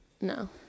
No